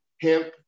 hemp